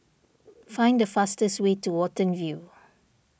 find the fastest way to Watten View